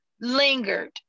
lingered